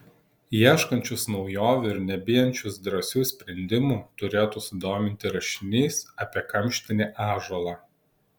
ieškančius naujovių ir nebijančius drąsių sprendimų turėtų sudominti rašinys apie kamštinį ąžuolą